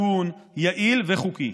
הגון, יעיל וחוקי.